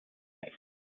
out